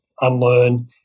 unlearn